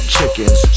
Chickens